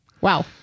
Wow